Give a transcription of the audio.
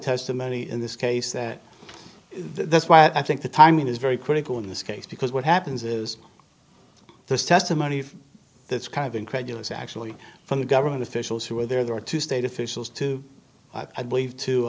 testimony in this case and that's why i think the timing is very critical in this case because what happens is there's testimony that's kind of incredulous actually from government officials who were there to state officials to i believe to